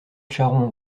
charron